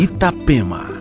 Itapema